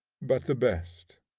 but the best.